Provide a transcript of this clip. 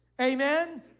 Amen